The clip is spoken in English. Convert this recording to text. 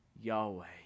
Yahweh